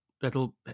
that'll